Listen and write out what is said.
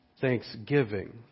thanksgiving